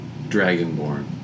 dragonborn